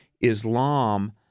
Islam